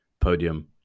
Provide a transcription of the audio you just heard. podium